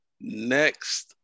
Next